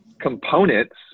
components